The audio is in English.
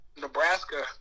Nebraska